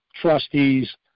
trustees